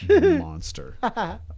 monster